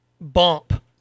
bump